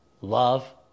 love